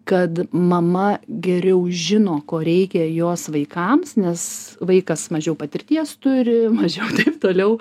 kad mama geriau žino ko reikia jos vaikams nes vaikas mažiau patirties turi mažiau taip toliau